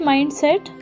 Mindset